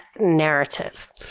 narrative